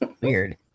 Weird